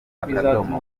akadomo